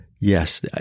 yes